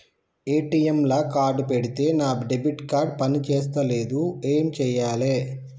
ATM లా card పెడితే నా డెబిట్ కార్డ్ పని చేస్తలేదు ఏం చేయాలే?